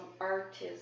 artists